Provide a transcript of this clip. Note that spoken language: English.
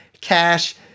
cash